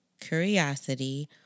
curiosity